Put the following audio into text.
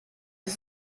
ist